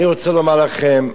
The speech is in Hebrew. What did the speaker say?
אני רוצה לומר לכם,